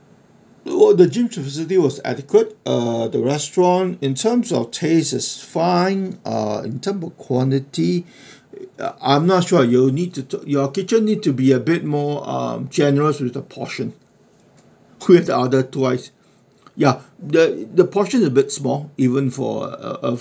well the gym facility was adequate uh the restaurant in terms of taste is fine uh in term of quantity I'm not sure you need to talk your kitchen need to be a bit more uh more generous with the portion we've ordered twice ya the the portion is a bit small even for uh